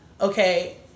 okay